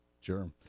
Sure